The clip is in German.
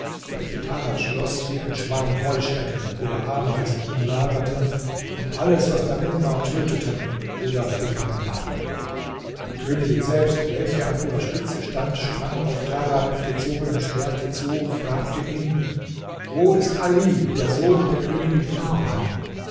welche tarads schloß wie ein schwarm heuschrecken oder ameisen umlagerten und alles was darin war töteten oder gefangennahmen die königin selbst welche an ihrer spitze stand sprang auf tarad mit gezogenem schwerte zu und fragte ihn wo ist ali der sohn der königin farha